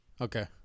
Okay